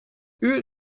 uur